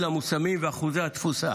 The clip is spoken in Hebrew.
המושמים ואחוזי התפוסה